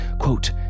quote